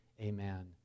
amen